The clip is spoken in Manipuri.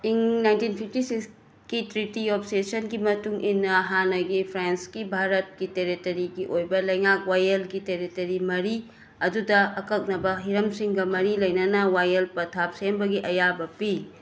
ꯏꯪ ꯅꯥꯏꯟꯇꯤꯟ ꯐꯤꯞꯇꯤ ꯁꯤꯛꯁꯀꯤ ꯇ꯭ꯔꯤꯇꯤ ꯑꯣꯐ ꯁꯦꯁꯟꯒꯤ ꯃꯇꯨꯡꯏꯟꯅ ꯍꯥꯟꯅꯒꯤ ꯐ꯭ꯔꯥꯟꯁꯀꯤ ꯚꯥꯔꯠꯀꯤ ꯇꯦꯔꯤꯇꯔꯤꯒꯤ ꯑꯣꯏꯕ ꯂꯩꯉꯥꯛ ꯋꯥꯌꯦꯜꯒꯤ ꯇꯦꯔꯤꯇꯔꯤ ꯃꯔꯤ ꯑꯗꯨꯗ ꯑꯀꯛꯅꯕ ꯍꯤꯔꯝꯁꯤꯡꯒ ꯃꯔꯤ ꯂꯩꯅꯅ ꯋꯥꯌꯦꯜ ꯄꯊꯥꯞ ꯁꯦꯝꯕꯒꯤ ꯑꯌꯥꯕ ꯄꯤ